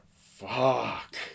fuck